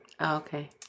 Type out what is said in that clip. Okay